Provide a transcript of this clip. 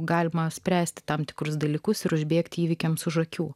galima spręsti tam tikrus dalykus ir užbėgti įvykiams už akių